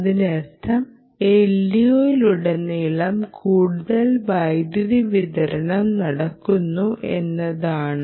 ഇതിനർത്ഥം LDOയിലുടനീളം കൂടുതൽ വൈദ്യുതി വിതരണം നടക്കുന്നു എന്നാണ്